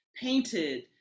painted